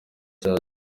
cya